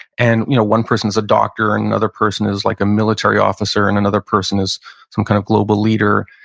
and you know one person is a doctor and another person is like a military officer and another person is some kinda kind of global leader,